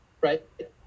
right